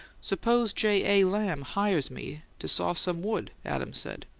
suppose j. a. lamb hired me to saw some wood, adams said.